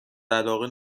علاقه